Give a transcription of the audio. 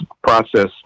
process